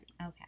Okay